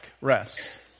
rest